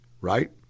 right